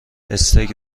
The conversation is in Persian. استیک